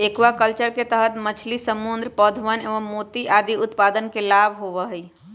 aquaculture के तहद मछली, समुद्री पौधवन एवं मोती आदि उत्पादन के लाभ होबा हई